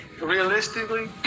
realistically